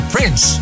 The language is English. Prince